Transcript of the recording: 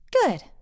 Good